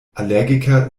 allergiker